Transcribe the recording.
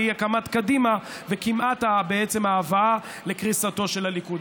והוא הקמת קדימה וכמעט ההבאה לקריסתו של הליכוד.